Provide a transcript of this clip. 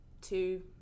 two